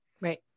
Right